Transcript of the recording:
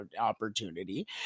opportunity